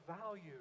value